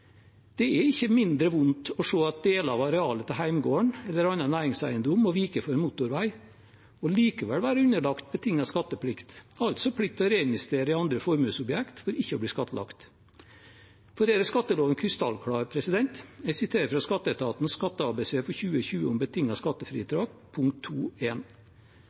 Det er ikke mindre vondt å se at deler av arealet til hjemgården eller annen næringseiendom må vike for motorvei og likevel være underlagt betinget skatteplikt, altså plikt til å reinvestere i andre formuesobjekt for ikke å bli skattlagt. For å gjøre skatteloven krystallklar – jeg siterer fra skatteetatens Skatte-ABC 2020/2021 om betinget skattefritak, punkt